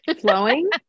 Flowing